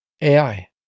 AI